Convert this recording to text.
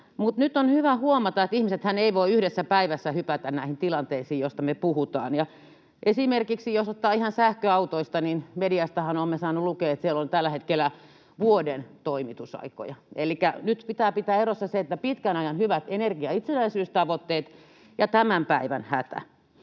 nyt on hyvä huomata, että ihmisethän eivät voi yhdessä päivässä hypätä näihin tilanteisiin, joista me puhutaan. Jos ottaa esimerkin ihan sähköautoista, niin mediastahan olemme saaneet lukea, että siellä on tällä hetkellä vuoden toimitusaikoja. Elikkä nyt pitää pitää erossa pitkän ajan hyvät energiaitsenäisyystavoitteet ja tämän päivän hätä.